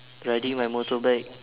riding my motorbike